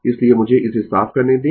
इसलिए मुझे इसे साफ करने दें